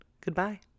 Goodbye